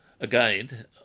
again